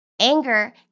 Anger